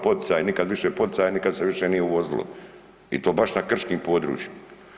Poticaji nikada više poticaji, nikada se više nije uvozilo i to baš na krškim područjima.